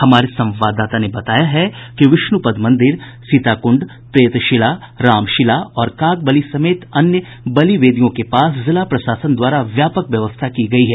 हमारे संवाददाता ने बताया है कि विष्णुपद मंदिर सीताकुंड प्रेतशिला रामशिला और कागबली समेत अन्य बलि वेदियों के पास जिला प्रशासन द्वारा व्यापक व्यवस्था की गयी है